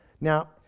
now